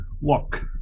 walk